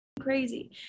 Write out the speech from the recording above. crazy